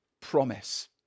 promise